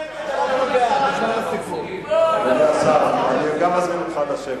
אדוני השר אטיאס, אני מזמין גם אותך לשבת.